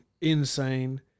insane